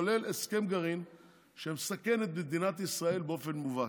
כולל הסכם גרעין שמסכן את מדינת ישראל באופן מובהק.